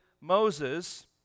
Moses